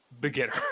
beginner